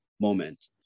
moment